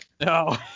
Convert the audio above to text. No